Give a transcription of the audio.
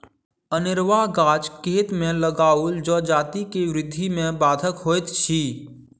अनेरूआ गाछ खेत मे लगाओल जजाति के वृद्धि मे बाधक होइत अछि